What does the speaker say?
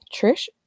Trish